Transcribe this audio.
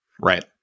Right